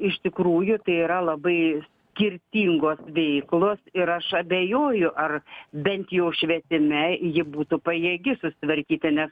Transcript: iš tikrųjų tai yra labai skirtingos veiklos ir aš abejoju ar bent jau švietime ji būtų pajėgi susitvarkyti nes